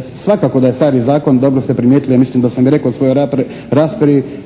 Svakako da je stari zakon, dobro ste primijetili, mislim da sam i rekao u svojoj raspravi